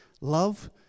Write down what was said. Love